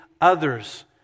others